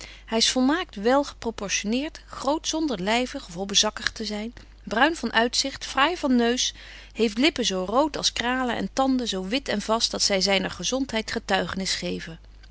hy is volmaakt wel geproportioneert groot zonder lyvig of hobbezakkig te zyn bruin van uitzicht fraai van neus heeft lippen zo root als kralen en tanden zo wit en betje wolff en aagje deken historie van mejuffrouw sara burgerhart vast dat zy zyner gezontheid getuigenis geven